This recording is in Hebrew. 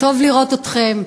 טוב לראות אתכם,